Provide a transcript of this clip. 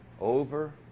over